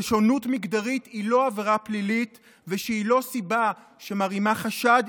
ששונות מגדרית היא לא עבירה פלילית והיא לא סיבה שמרימה חשד,